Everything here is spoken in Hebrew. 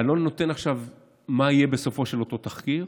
ואני לא נותן עכשיו מה יהיה בסופו של אותו תחקיר,